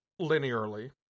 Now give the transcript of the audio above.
linearly